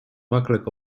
makkelijk